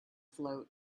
float